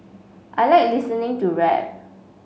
I like listening to rap